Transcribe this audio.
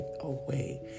away